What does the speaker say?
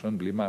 מלשון בלימה,